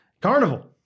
Carnival